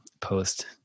post